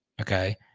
Okay